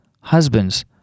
Husbands